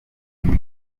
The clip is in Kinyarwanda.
mvuga